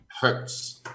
hurts